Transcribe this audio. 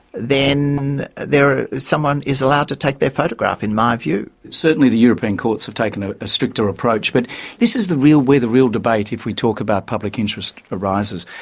then they're. someone is allowed to take their photograph, in my view. certainly the european courts have taken a ah stricter approach, but this is the real. where the real debate, if we talk about public interest, arises,